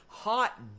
Hot